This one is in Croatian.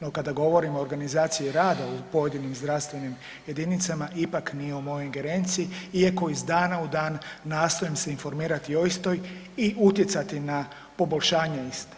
No, kada govorimo o organizaciji rada u pojedinim zdravstvenim jedinicama ipak nije u mojoj ingerenciji iako iz dana u dan nastojim se informirati o istoj i utjecati na poboljšanje iste,